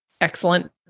Excellent